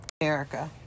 Erica